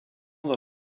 dans